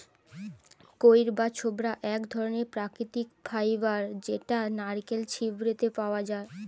কইর বা ছোবড়া এক ধরণের প্রাকৃতিক ফাইবার যেটা নারকেলের ছিবড়ে তে পাওয়া যায়টে